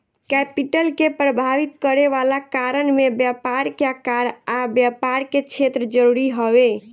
capital के प्रभावित करे वाला कारण में व्यापार के आकार आ व्यापार के क्षेत्र जरूरी हवे